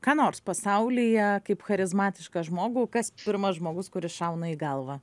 ką nors pasaulyje kaip charizmatišką žmogų kas pirmas žmogus kuris šauna į galvą